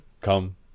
Come